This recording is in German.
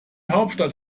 hauptstadt